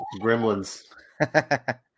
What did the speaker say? gremlins